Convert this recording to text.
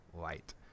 Light